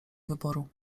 wyboru